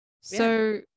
So-